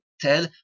tell